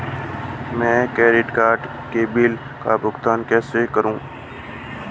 मैं credit card bill का भुगतान कैसे करूं?